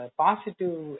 positive